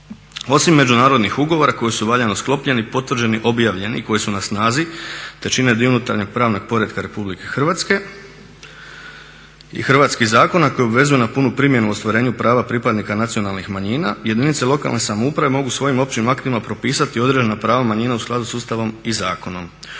Osim međunarodnih ugovora koji su valjano sklopljeni, potvrđeni, objavljeni i koji su na snazi te čine dio unutarnjeg pravnog poretka Republike Hrvatske i hrvatskih zakona koji obvezuju na punu primjenu u ostvarenju prava pripadnika nacionalnih manjina jedinice lokalne samouprave mogu svojim općim aktima propisati određena prava manjina u skladu sa Ustavom i zakonom.